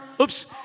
oops